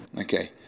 Okay